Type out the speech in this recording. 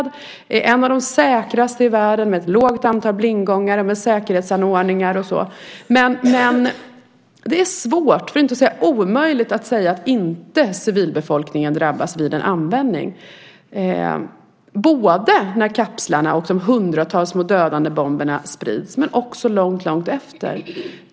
Den är en av de säkraste i världen med ett lågt antal blindgångare, med säkerhetsanordningar och så vidare. Men det är svårt, för att inte säga omöjligt att säga att inte civilbefolkningen drabbas vid en användning, både när kapslarna och de hundratals små dödande bomberna sprids och även långt efter.